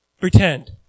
pretend